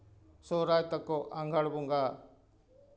ᱥᱚᱨᱦᱟᱭ ᱛᱟᱠᱚ ᱟᱸᱜᱷᱟᱲ ᱵᱚᱸᱜᱟ